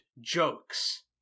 jokes